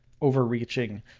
overreaching